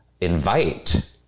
invite